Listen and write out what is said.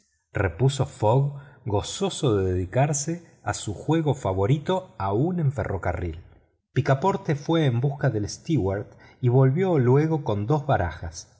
repuso mister fogg gozoso de dedicarse a su juego favorito aun en ferrocarril picaporte fue en busca del steward y volvió luego con dos barajas